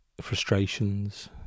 frustrations